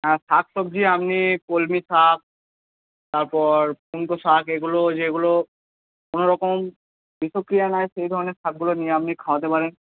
হ্যাঁ শাক সবজি আপনি কলমি শাক তারপর কুমড়ো শাক এগুলো যেগুলো কোনরকম বিষক্রিয়া নয় সেই ধরনের শাকগুলো নিয়ে আপনি নিয়ে খাওয়াতে পারেন